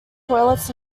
toilets